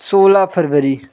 सोलह फ़रवरी